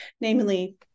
namely